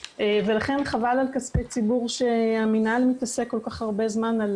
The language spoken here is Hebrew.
ולכן חבל על כספי ציבור שהמינהל מתעסק על כל כך הרבה זמן על